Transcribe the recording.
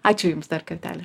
ačiū jums dar kartelį